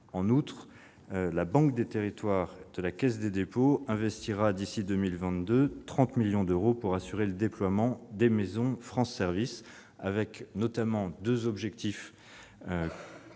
En outre, la Banque des territoires de la Caisse des dépôts et consignations investira, d'ici à 2022, 30 millions d'euros pour assurer le déploiement des maisons France Services, avec notamment deux objectifs